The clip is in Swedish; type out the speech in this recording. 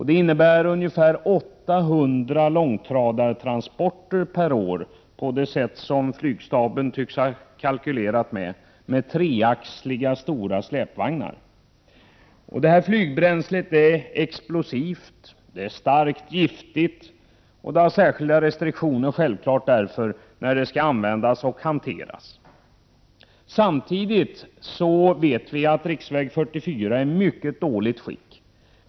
Det innebär ungefär 800 långtradartransporter per år, på det sätt som flygstaben tycks ha kalkylerat med, med stora, treaxliga släpvagnar. Flygbränslet är explosivt, det är starkt giftigt, och det finns självfallet därför särskilda restriktioner för hur det får användas och hanteras. Riksväg 44 är i mycket dåligt skick.